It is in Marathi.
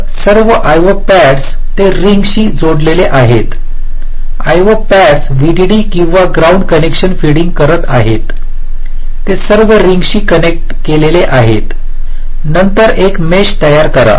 तर सर्व आयओ पॅडस ते रिंगशी जोडलेले आहेत आयओ पॅड व्हीडीडी किंवा ग्राउंड कनेक्शन फीडिंग करत आहेत ते सर्व रिंगशी कनेक्ट केलेले आहेत नंतर एक मेश तयार करा